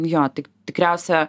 jo tik tikriausia